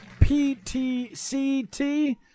PTCT